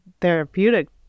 therapeutic